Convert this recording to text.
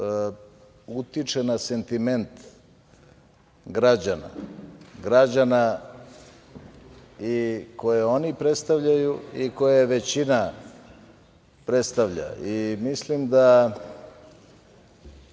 utiče na sentiment građana, građana i koje oni predstavljaju i koje većina predstavlja. Mislim da